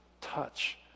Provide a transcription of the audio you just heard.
touch